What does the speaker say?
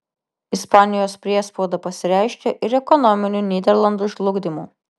ispanijos priespauda pasireiškė ir ekonominiu nyderlandų žlugdymu